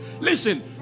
listen